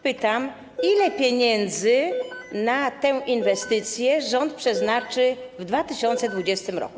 Pytam: Ile pieniędzy na tę inwestycję rząd przeznaczy w 2020 r.